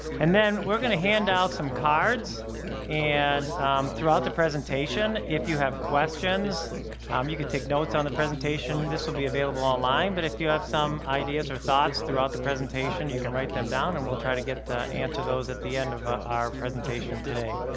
and then we're gonna hand out some cards and throughout the presentation if you have questions um you can take notes on the presentation. this will be available online, but if you have some ideas or thoughts throughout the presentation you can write them down and we'll try to get to answer those at the end of ah our presentation today.